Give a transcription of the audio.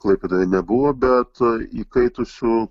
klaipėdoje nebuvo bet įkaitusių